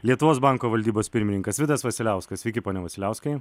lietuvos banko valdybos pirmininkas vitas vasiliauskas sveiki pone vasiliauskai